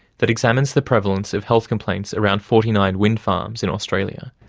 that examines the prevalence of health complaints around forty nine wind farms in australia,